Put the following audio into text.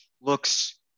looks